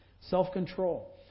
self-control